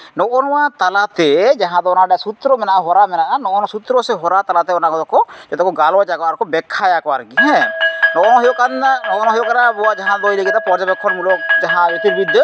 ᱱᱚᱜᱼᱚ ᱱᱚᱣᱟ ᱛᱟᱞᱟᱛᱮ ᱡᱟᱦᱟᱸ ᱫᱚ ᱚᱱᱟᱨᱮᱱᱟᱜ ᱥᱩᱛᱨᱚ ᱠᱚ ᱢᱮᱱᱟᱜᱼᱟ ᱦᱚᱨᱟ ᱢᱮᱱᱟᱜᱼᱟ ᱱᱚᱜᱼᱚ ᱱᱚᱣᱟ ᱥᱩᱛᱨᱚ ᱥᱮ ᱦᱚᱨᱟ ᱛᱟᱞᱟᱛᱮ ᱚᱱᱟ ᱠᱚᱫᱚ ᱠᱚ ᱡᱚᱛᱚ ᱠᱚ ᱜᱟᱞᱚᱪᱟᱠᱚ ᱟᱨᱠᱚ ᱵᱮᱠᱠᱷᱟᱭᱟᱠᱚ ᱟᱨᱠᱤ ᱦᱮᱸ ᱱᱚᱣᱟ ᱦᱩᱭᱩᱜ ᱠᱟᱱᱟ ᱱᱚᱜᱼᱚ ᱱᱚᱣᱟ ᱦᱩᱭᱩᱜ ᱠᱟᱱᱟ ᱟᱵᱚᱣᱟᱜ ᱡᱟᱦᱟᱸ ᱠᱚ ᱞᱟᱹᱭ ᱠᱮᱫᱟ ᱯᱚᱨᱡᱚᱵᱮᱠᱠᱷᱚᱱ ᱢᱩᱞᱚᱠ ᱡᱟᱦᱟᱸ ᱡᱳᱛᱤᱨᱵᱤᱫᱽᱫᱟᱹ